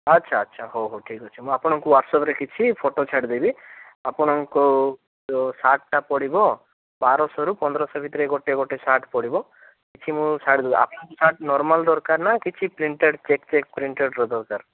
ଆଚ୍ଛା ଆଚ୍ଛା ହଉ ହଉ ଠିକ୍ ଅଛି ମୁଁ ଆପଣଙ୍କୁ ହ୍ୱାଟ୍ସଆପ୍ରେ କିଛି ଫଟୋ ଛାଡ଼ିଦେବି ଆପଣଙ୍କୁ ସାର୍ଟ୍ଟା ପଡ଼ିବ ବାରଶହରୁ ପନ୍ଦରଶହ ଭିତରେ ଗୋଟେ ଗୋଟେ ସାର୍ଟ୍ ପଡ଼ିବ କିଛି ମୁଁ ସାର୍ଟ୍ ନର୍ମାଲ୍ ଦରକାର ନା କିଛି ପ୍ରିଣ୍ଟେଡ଼୍ ଚେକ୍ ଚେକ୍ ପ୍ରିଣ୍ଟେଡ଼୍ର ଦରକାର